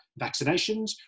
vaccinations